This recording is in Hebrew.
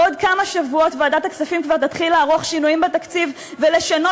בעוד כמה שבועות ועדת הכספים כבר תתחיל לערוך שינויים בתקציב ולשנות